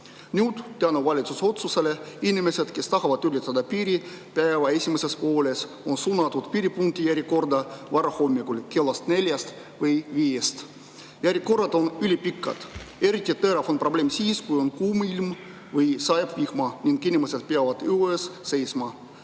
tänu valitsuse otsusele, on inimesed, kes tahavad piiri ületada päeva esimeses pooles, suunatud piiripunkti järjekorda varahommikul kella neljast või viiest. Järjekorrad on ülipikad. Eriti terav on probleem siis, kui on kuum ilm või sajab vihma ning inimesed peavad õues seisma.